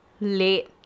late